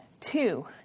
Two